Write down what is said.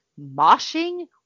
moshing